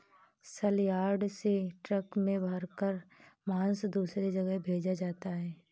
सलयार्ड से ट्रक में भरकर मांस दूसरे जगह भेजा जाता है